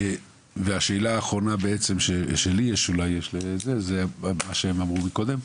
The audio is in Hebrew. השאלה האחרונה שיש לי זה לגבי מה שהם אמרו מקודם,